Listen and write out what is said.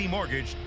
Mortgage